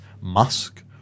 musk